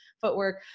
footwork